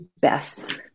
best